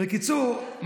בקיצור,